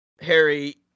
Harry